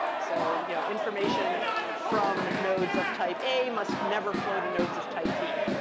so you know information from nodes of type a must never flow to nodes of type b.